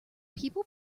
people